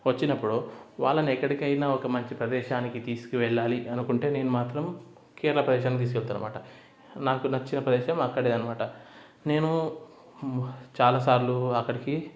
వచ్చినప్పుడు వాళ్ళని ఎక్కడికైనా ఒక మంచి ప్రదేశానికి తీసుకువెళ్ళాలి అనుకుంటే నేను మాత్రం కేరళ ప్రదేశానికి తీసుకెళ్తాను అనమాట నాకు నచ్చిన ప్రదేశం అక్కడే అనమాట నేను చాలా సార్లు అక్కడికి